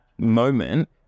moment